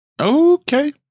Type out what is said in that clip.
Okay